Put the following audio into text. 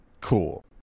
cool